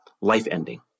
life-ending